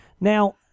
Now